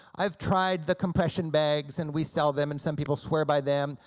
i've tried the compression bags, and we sell them, and some people swear by them,